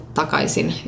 takaisin